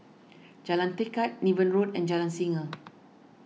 Jalan Tekad Niven Road and Jalan Singa